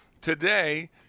Today